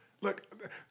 look